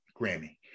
Grammy